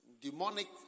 demonic